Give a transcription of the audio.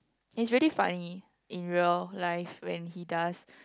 he's really funny in real life when he does